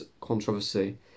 controversy